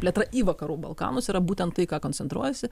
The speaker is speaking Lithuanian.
plėtra į vakarų balkanus yra būtent tai ką koncentruojasi